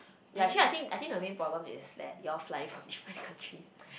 ya actually I think I think the main problem is that you all flying from different countries